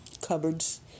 cupboards